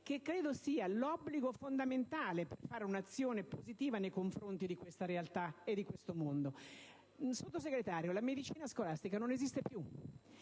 che ritengo sia l'obbligo fondamentale per fare un'azione positiva nei confronti di questa realtà e di questo mondo. Signora Sottosegretario, la medicina scolastica non esiste.